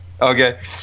okay